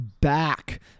back